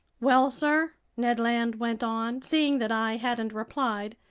well, sir? ned land went on, seeing that i hadn't replied.